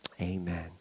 Amen